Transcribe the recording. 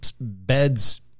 beds